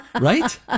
Right